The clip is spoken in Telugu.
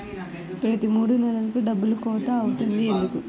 ప్రతి మూడు నెలలకు డబ్బులు కోత అవుతుంది ఎందుకు?